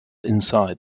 inside